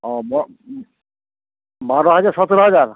ও বারো হাজার সতেরো হাজার